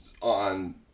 on